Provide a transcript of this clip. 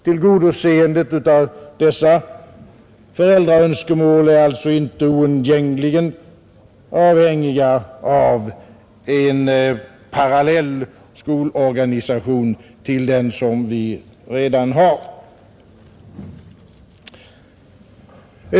Tillgodoseendet av dessa föräldraönskemål är alltså inte oundgängligen avhängigt av en parallell skolorganisation till den som vi redan har.